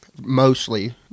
mostly